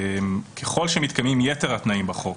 ככל שמתקיימים יתר התנאים בחוק,